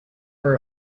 for